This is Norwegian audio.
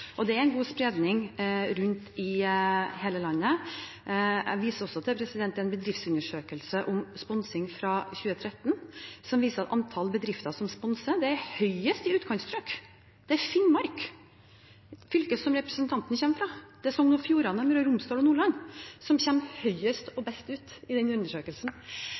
Det er en god spredning rundt i hele landet. Jeg viser også til en bedriftsundersøkelse om sponsing fra 2013, som viser at antall bedrifter som sponser, er høyest i utkantstrøk. Det er Finnmark, fylket som representanten kommer fra, og det er Sogn og Fjordane, Møre og Romsdal og Nordland som kommer høyest – og best ut – i denne undersøkelsen.